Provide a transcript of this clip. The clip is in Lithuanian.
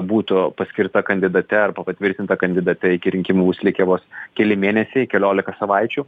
būtų paskirta kandidate arba patvirtinta kandidate iki rinkimų bus likę vos keli mėnesiai keliolika savaičių